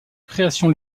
création